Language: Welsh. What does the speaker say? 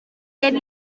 gen